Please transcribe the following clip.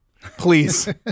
Please